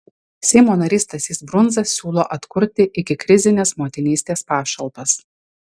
seimo narys stasys brundza siūlo atkurti ikikrizines motinystės pašalpas